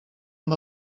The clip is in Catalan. amb